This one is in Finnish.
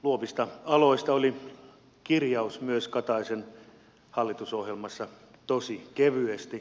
luovista aloista oli kirjaus myös kataisen hallitusohjelmassa tosi kevyesti